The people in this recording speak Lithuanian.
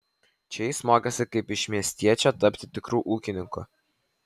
čia jis mokėsi kaip iš miestiečio tapti tikru ūkininku